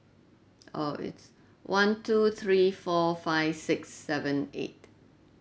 oh it's one two three four five six seven eight